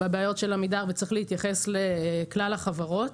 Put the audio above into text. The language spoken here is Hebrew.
בבעיות של עמידר וצריך להתייחס לכלל החברות.